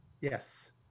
yes